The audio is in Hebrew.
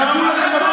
יענו לכם,